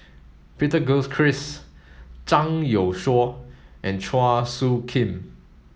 Peter Gilchrist Zhang Youshuo and Chua Soo Khim